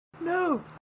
No